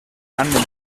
anni